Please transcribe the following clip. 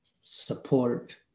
support